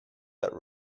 that